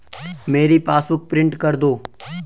मेरी passbook print कर दो